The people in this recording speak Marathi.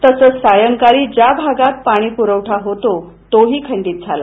तसंच सायंकाळी ज्या भागात पाणीपुरवठा होतो तोही खंडित झाला